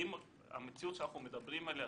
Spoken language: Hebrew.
קמה חזקה שמדובר בפעילות בלתי רגילה